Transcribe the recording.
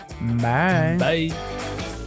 Bye